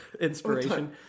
inspiration